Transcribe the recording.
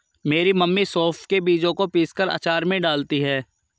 मेरी मम्मी सौंफ के बीजों को पीसकर अचार में डालती हैं